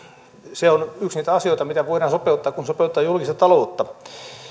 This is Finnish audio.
se on yksi niitä asioita mitä voidaan sopeuttaa kun sopeutetaan julkista taloutta